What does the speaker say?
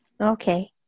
Okay